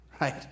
right